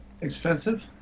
Expensive